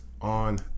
on